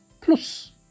plus